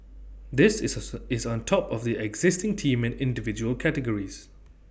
this is is on top of the existing team and individual categories